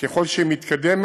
ככל שהיא מתקדמת,